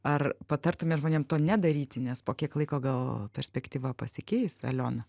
ar patartumėt žmonėm to nedaryti nes po kiek laiko gal perspektyva pasikeis aliona